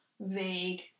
vague